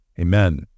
Amen